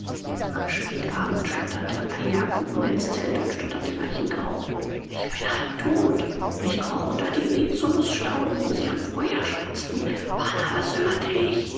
am spätabend schlotterte eierkuchen ins zelt und stotterte leichengrau ich bin halbtot ich kroch unter die rizinusstauden wo sie am feuer schwatzten bana was hörte ich